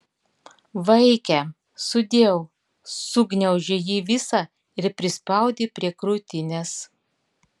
vaike sudieu sugniaužė jį visą ir prispaudė prie krūtinės